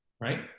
right